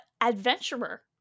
adventurer